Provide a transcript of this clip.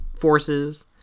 forces